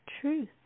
truth